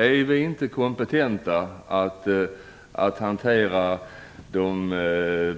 Är vi inte kompetenta att hantera de